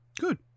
Good